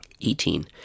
Eighteen